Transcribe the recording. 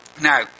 Now